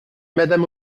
madame